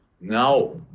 Now